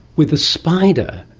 with a spider,